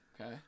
Okay